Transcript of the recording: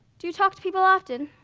do you talk to people often?